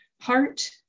heart